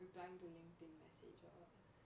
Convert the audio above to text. replying to LinkedIn messages